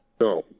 No